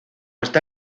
está